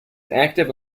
active